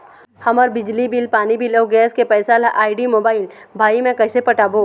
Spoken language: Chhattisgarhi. हमर बिजली बिल, पानी बिल, अऊ गैस के पैसा ला आईडी, मोबाइल, भाई मे कइसे पटाबो?